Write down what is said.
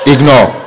ignore